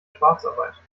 schwarzarbeit